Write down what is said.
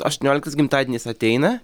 aštuonioliktas gimtadienis ateina